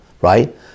right